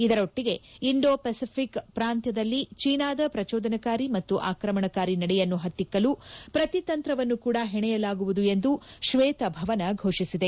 ಇದರೊಟ್ಟಿಗೆ Indo Pacific ಪ್ರಾಂತ್ಯದಲ್ಲಿ ಚೀನಾದ ಪ್ರಜೋದನಕಾರಿ ಮತ್ತು ಆಕ್ರಮಣಕಾರಿ ನಡೆಯನ್ನು ಪತ್ತಿಕ್ಕಲು ಪ್ರತಿತಂತ್ರವನ್ನು ಕೂಡ ಹೆಣೆಯಲಾಗುವುದು ಎಂದು ಕ್ವೇತಭವನ ಘೋಷಿಸಿದೆ